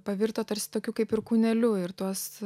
pavirto tarsi tokiu kaip ir kūneliu ir tuos